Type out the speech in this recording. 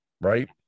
Right